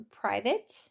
private